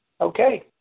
okay